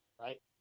right